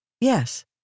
Yes